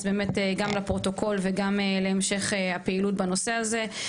באמת גם לפרוטוקול וגם להמשך הפעילות בנושא הזה.